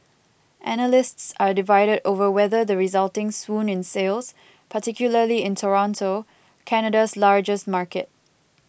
analysts are divided over whether the resulting swoon in sales particularly in Toronto Canada's largest market